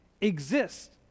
exist